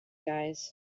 guys